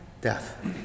death